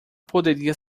poderia